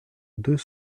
deux